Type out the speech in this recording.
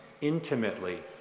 intimately